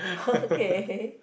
okay